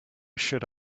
should